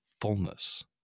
fullness